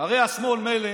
הרי השמאל מילא,